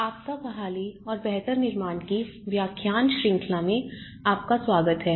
आपदा बहाली और बेहतर निर्माण की व्याख्यान श्रृंखला में आपका स्वागत है